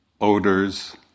odors